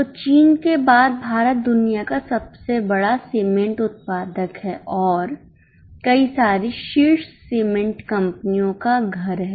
तो चीन के बाद भारत दुनिया का दूसरा सबसे बड़ा सीमेंट उत्पादक है और कई सारी शीर्ष सीमेंट कंपनियों का घर है